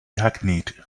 hackneyed